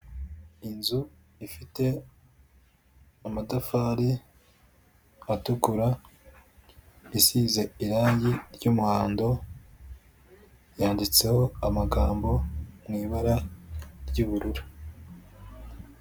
Inzu ifite amatafari atukura, isize irangi ry'umuhondo, yanditseho amagambo mu ibara ry'ubururu.